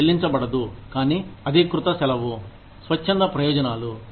ఇది చెల్లించబడదు కానీ అధికృత సెలవు స్వచ్ఛంద ప్రయోజనాలు